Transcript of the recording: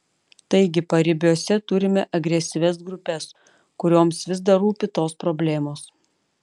taigi paribiuose turime agresyvias grupes kurioms vis dar rūpi tos problemos